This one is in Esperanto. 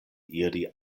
iri